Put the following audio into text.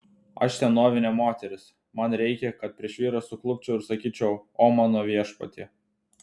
aš senovinė moteris man reikia kad prieš vyrą suklupčiau ir sakyčiau o mano viešpatie